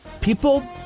People